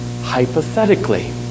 hypothetically